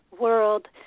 world